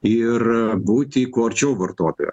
ir būti kuo arčiau vartotojo